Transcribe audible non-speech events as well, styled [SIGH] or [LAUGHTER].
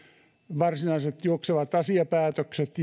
varsinaiset juoksevat asiapäätökset [UNINTELLIGIBLE]